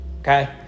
Okay